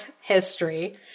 history